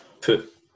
put